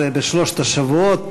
זה בשלושת השבועות,